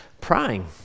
praying